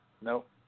nope